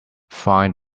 find